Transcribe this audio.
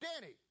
Danny